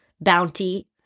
bounty